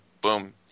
boom